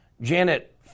Janet